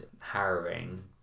harrowing